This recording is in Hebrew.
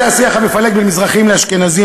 בנושא השיח המפלג בין מזרחים לאשכנזים,